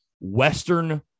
Western